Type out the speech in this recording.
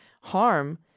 harm